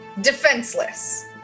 defenseless